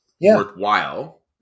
worthwhile